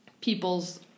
people's